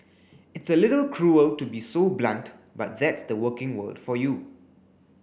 it's a little cruel to be so blunt but that's the working world for you